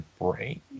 brain